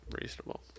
reasonable